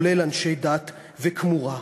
כולל אנשי דת וכמורה.